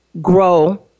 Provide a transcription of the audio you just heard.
grow